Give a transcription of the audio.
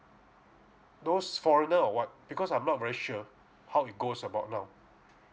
those foreigner or what because I'm not very sure how it goes about now